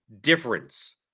difference